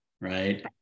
right